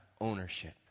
ownership